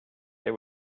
they